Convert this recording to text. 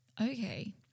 okay